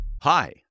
Hi